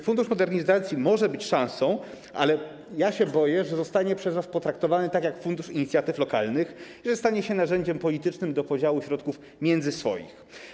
Fundusz Modernizacji może być szansą, ale boję się, że zostanie przez was potraktowany tak, jak Fundusz Inicjatyw Lokalnych, że stanie się narzędziem politycznym do podziału środków między swoich.